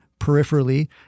peripherally